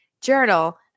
journal